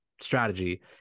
strategy